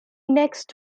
next